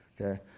okay